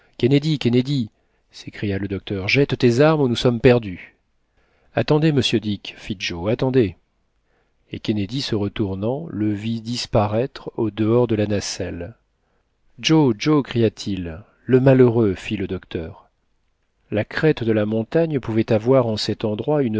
kennedy kennedy s'écria le docteur jette tes armes ou nous sommes perdus attendez monsieur dick fit joe attendez et kennedy se retournant le vit disparaître au dehors de la nacelle joe joe cria-t-il le malheureux fit le docteur la crête de la montagne pouvait avoir en cet endroit